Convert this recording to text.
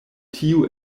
tio